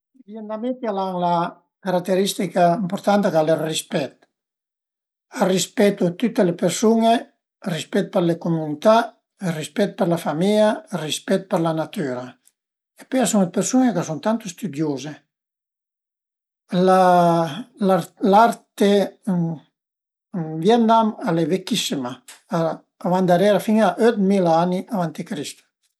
Mi büti mai i pe ën l'acua e alura al e ün bel problema, i sai asolütament pa nué e cuindi i pös pa ste a gala, al e impusibul, se cuaidün a m'ten bene, se l'ai ën salvagent bene, ma altrimenti se vadu ën l'acua pasu giü e al e finì parei, pi gnün ch'a më tröva